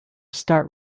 start